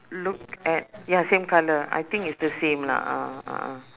look at ya same colour I think it's the same lah ah a'ah